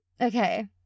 Okay